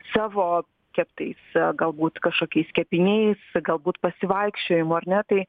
savo keptais galbūt kažkokiais kepiniais galbūt pasivaikščiojimu ar ne tai